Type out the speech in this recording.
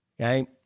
Okay